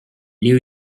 liu